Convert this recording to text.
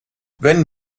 wenn